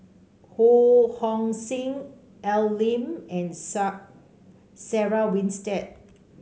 Ho Hong Sing Al Lim and Sarah Winstedt